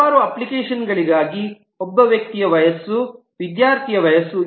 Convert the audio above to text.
ಹಲವಾರು ಅಪ್ಲಿಕೇಶನ್ಗಳಿಗಾಗಿ ನಾನು ಏನು ಎಂದು ತಿಳಿದುಕೊಳ್ಳಬೇಕು ಒಬ್ಬ ವ್ಯಕ್ತಿಯ ವಯಸ್ಸು ವಿದ್ಯಾರ್ಥಿಯ ವಯಸ್ಸು